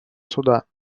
суда